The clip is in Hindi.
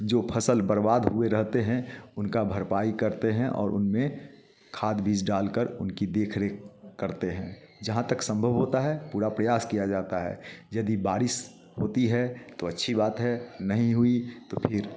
जो फसल बर्बाद हुए रहते हैं उनका भरपाई करते हैं और उनमें खाद बीज डाल कर उनकी देख रेख करते हैं जहाँ तक संभव होता है पूरा प्रयास किया जाता है यदि बारिश होती है तो अच्छी बात है नहीं हुई तो फिर